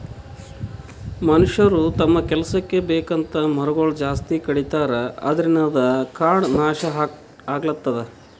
ಮನಷ್ಯರ್ ತಮ್ಮ್ ಕೆಲಸಕ್ಕ್ ಬೇಕಂತ್ ಮರಗೊಳ್ ಜಾಸ್ತಿ ಕಡಿತಾರ ಅದ್ರಿನ್ದ್ ಕಾಡ್ ನಾಶ್ ಆಗ್ಲತದ್